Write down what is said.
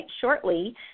shortly